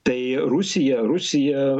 tai rusija rusija